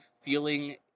feeling